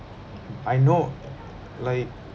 I know like